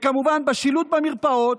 וכמובן בשילוט במרפאות,